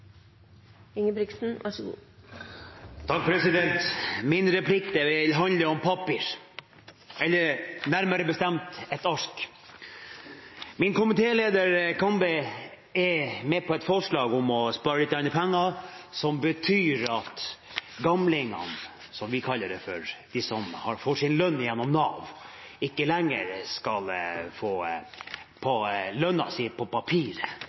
med på et forslag om å spare lite grann penger som betyr at gamlingene, som vi kaller dem, de som får sin lønn gjennom Nav, ikke lenger skal få lønnsavregningen sin på